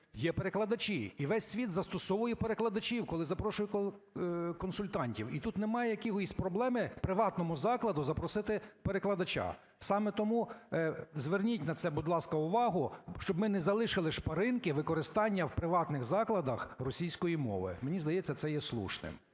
є перекладачі – і весь світ застосовує перекладачів, коли запрошує консультантів. І тут немає якоїсь проблеми приватному закладу запросити перекладача. Саме тому, зверніть на це, будь ласка, увагу, щоб ми не залишили шпаринки використання в приватних закладах російської мови. Мені здається, це є слушним,